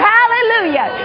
Hallelujah